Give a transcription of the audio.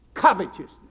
covetousness